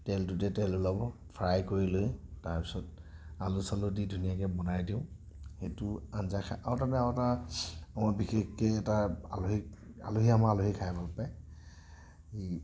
তেলটোতে তেল ওলাব ফ্ৰাই কৰি লৈ তাৰ পিছত আলু চালু দি ধুনীয়াকৈ বনাই দিওঁ সেইটো আঞ্জা খাই আৰু এটা আমি আৰু এটা বৰ বিশেষকৈ এটা আলহীক আলহীয়ে আমাৰ আলহীয়ে খাই ভাল পায়